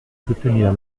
soutenir